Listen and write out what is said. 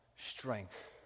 strength